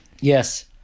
yes